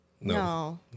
No